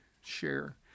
share